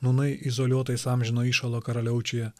nūnai izoliuotais amžino įšalo karaliaučiuje